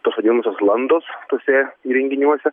tos vadinamosios landos tuose įrenginiuose